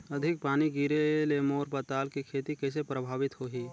अधिक पानी गिरे ले मोर पताल के खेती कइसे प्रभावित होही?